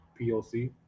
PLC